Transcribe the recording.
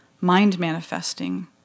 mind-manifesting